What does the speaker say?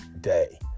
day